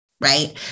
right